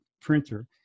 printer